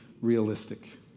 realistic